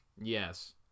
Yes